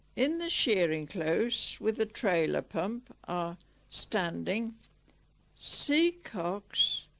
in the shearing close with the trailer pump are standing c cox,